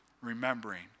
remembering